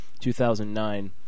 2009